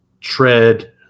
tread